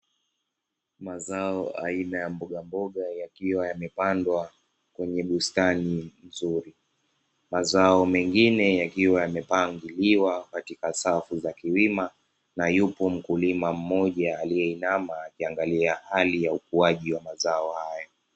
Mazao aina ya mboga mboga yakiwa yamepandwa kwenye bustani nzuri. Mazao mengine yakiwa yamepangiliwa katika safu za kilima na yupo mkulima mmoja aliyeinama akiangalia hali ya ukuaji wa mazao hayo.